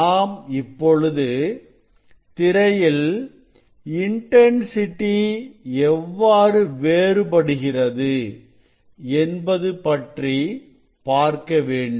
நாம் இப்பொழுது திரையில் இன்டன்சிட்டி எவ்வாறு வேறுபடுகிறது என்பது பற்றி பார்க்க வேண்டும்